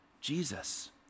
Jesus